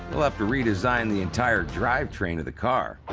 he'll have to redesign the entire drivetrain of the car.